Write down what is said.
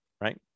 right